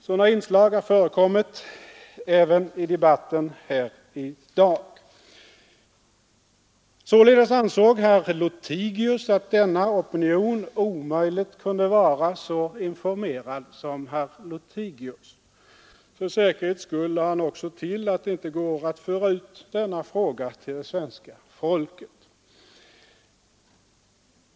Sådana inslag har förekommit även i debatten här i dag. Således ansåg herr Lothigius att denna opinion omöjligt kunde vara så informerad som herr Lothigius. För säkerhets skull lade han också till att det inte går att föra ut denna fråga till det svenska folket.